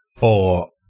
Or-